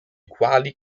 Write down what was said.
quali